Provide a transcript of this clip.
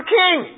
king